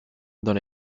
dans